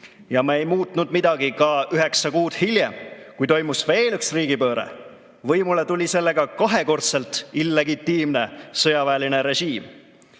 ja me ei muutnud midagi ka üheksa kuud hiljem, kui toimus veel üks riigipööre. Võimule tuli sellega kahekordselt illegitiimne sõjaväeline režiim.